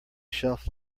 shelf